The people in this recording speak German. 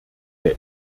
der